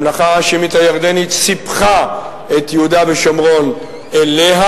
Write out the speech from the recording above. הממלכה ההאשמית הירדנית סיפחה את יהודה ושומרון אליה.